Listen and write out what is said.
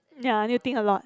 ya need to think a lot